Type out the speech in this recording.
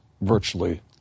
virtually